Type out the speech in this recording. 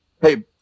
hey